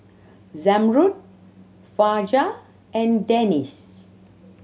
Zamrud Fajar and Danish